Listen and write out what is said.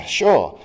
sure